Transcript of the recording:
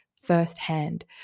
firsthand